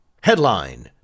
Headline